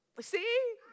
See